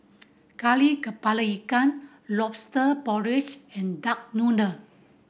Kari Kepala Ikan Lobster Porridge and duck noodle